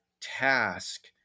task